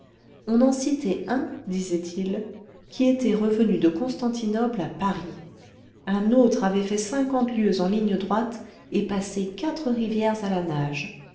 on en citait un disait-il qui était revenu de constantinople à paris un autre avait fait cinquante lieues en ligne droite et passé quatre rivières à la nage